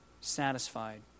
satisfied